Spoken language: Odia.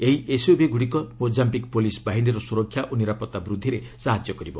ସେହି ଏସ୍ୟୁଭିଗୁଡ଼ିକ ମୋକାୟିକ୍ ପୁଲିସ୍ ବାହିନୀର ସୁରକ୍ଷା ଓ ନିରାପତ୍ତା ବୃଦ୍ଧିରେ ସାହାଯ୍ୟ କରିବ